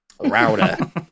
router